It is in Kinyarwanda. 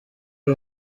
ari